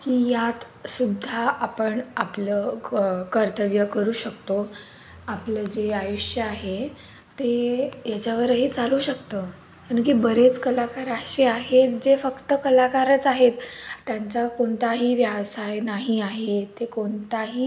की यातसुद्धा आपण आपलं क कर्तव्य करू शकतो आपलं जे आयुष्य आहे ते याच्यावरही चालू शकतं की बरेच कलाकार असे आहेत जे फक्त कलाकारच आहेत त्यांचा कोणताही व्यवसाय नाही आहे ते कोणताही